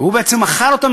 והוא בעצם מכר אותן,